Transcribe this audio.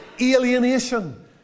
alienation